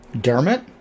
Dermot